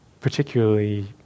particularly